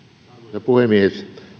arvoisa puhemies